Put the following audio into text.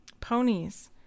ponies